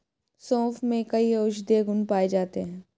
सोंफ में कई औषधीय गुण पाए जाते हैं